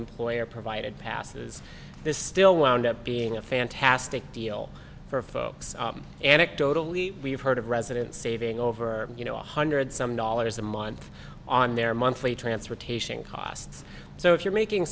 employer provided passes there's still and up being a fantastic deal for folks anecdotally we've heard of residents saving over you know one hundred some dollars a month on their monthly transportation costs so if you're making